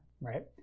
Right